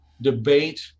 debate